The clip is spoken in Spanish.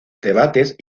debates